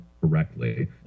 correctly